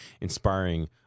inspiring